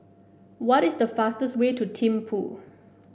what is the fastest way to Thimphu